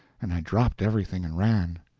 and i dropped everything and ran!